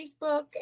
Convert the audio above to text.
Facebook